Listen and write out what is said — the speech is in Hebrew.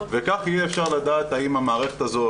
וכך יהיה אפשר לדעת באיזה איכות המערכת הזאת